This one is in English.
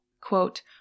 Quote